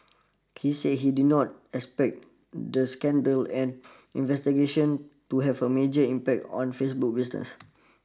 he said he did not expect the scandal and investigations to have a major impact on Facebook's business